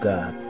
God